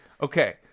Okay